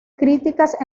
críticas